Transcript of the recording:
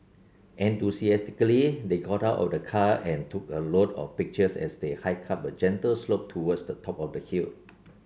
enthusiastically they got out of the car and took a lot of pictures as they hiked up a gentle slope towards the top of the hill